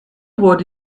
wurde